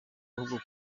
ahubwo